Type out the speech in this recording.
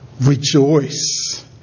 rejoice